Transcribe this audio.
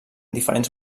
diferents